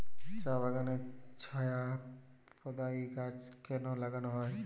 চা বাগানে ছায়া প্রদায়ী গাছ কেন লাগানো হয়?